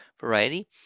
variety